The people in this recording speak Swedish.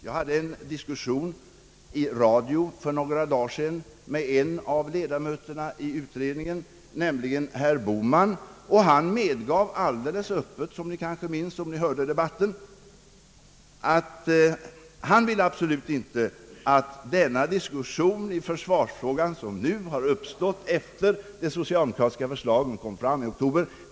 Jag hade en diskussion i radio för några dagar sedan med en av ledamö terna i utredningen, nämligen herr Bohman. Han medgav alldeles öppet, vilket kanske de minns som hörde debatten, att han i valrörelsen absolut inte ville ha haft den diskussion i försvarsfrågan som nu har uppstått efter det socialdemokratiska förslag som kom fram i oktober.